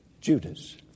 Judas